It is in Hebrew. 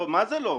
מה זה "לא"?